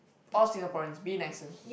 all Singaporeans be nicer